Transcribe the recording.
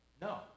No